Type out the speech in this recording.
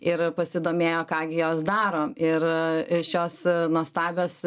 ir pasidomėjo ką gi jos daro ir šios nuostabios